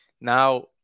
now